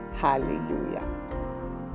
hallelujah